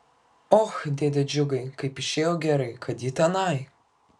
och dėde džiugai kaip išėjo gerai kad ji tenai